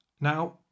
now